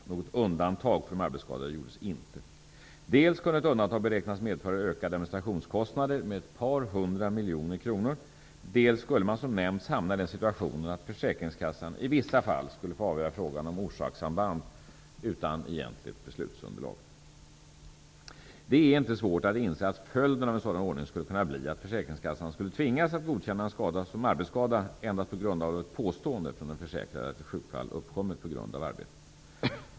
Något undantag för de arbetsskadade gjordes inte. Dels kunde ett undantag beräknas medföra ökade administrationskostnader med ett par hundra miljoner kronor, dels skulle man som nämnts hamna i den situationen att försäkringskassan i vissa fall skulle få avgöra frågor om orsakssamband utan egentligt beslutsunderlag. Det är inte svårt att inse att följden av en sådan ordning skulle kunna bli att försäkringskassan skulle tvingas att godkänna en skada som arbetsskada endast på grundval av ett påstående från den försäkrade att ett sjukfall uppkommit på grund av arbetet.